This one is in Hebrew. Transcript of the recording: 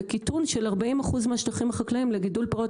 לקיטון של 40 אחוז מהשטחים החקלאים לגידול פירות